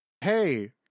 hey